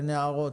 אין הערות.